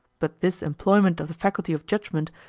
but this employment of the faculty of judgement,